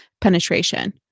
penetration